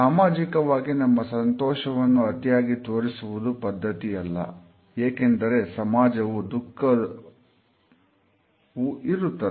ಸಾಮಾಜಿಕವಾಗಿ ನಮ್ಮ ಸಂತೋಷವನ್ನು ಅತಿಯಾಗಿ ತೋರಿಸುವುದು ಪದ್ಧತಿಯಲ್ಲ ಏಕೆಂದರೆ ಸಮಾಜದಲ್ಲಿ ದುಃಖವು ಇರುತ್ತದೆ